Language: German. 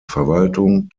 verwaltung